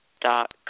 dot